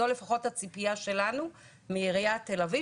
זו לפחות הציפייה שלנו מעיריית תל אביב,